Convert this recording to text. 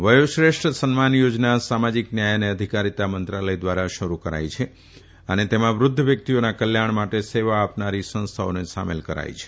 વયોશ્રેષ્ઠ સન્માન યોજના સામાજિક ન્યાય અને અધિકારીતા મંત્રાલય ધ્વારા શરુ કરાઇ છે અને તેમાં વૃધ્ધ વ્યકિતઓના કલ્યાણ માટે સેવા આપનાર સંસ્થાઓને સામેલ કરાઇ છે